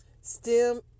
STEM